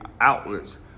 outlets